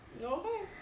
Okay